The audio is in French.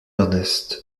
ernst